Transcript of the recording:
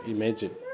Imagine